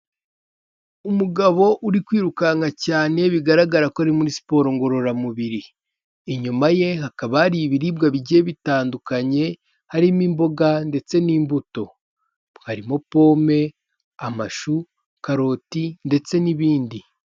Umugabo uri kwirukanka cyane bigaragara ko ari muri siporo ngororamubiri, inyuma ye hakaba hari ibiribwa bigiye bitandukanye, harimo imboga ndetse n'imbuto, harimo pome, amashu, karoti ndetse n'ibindi.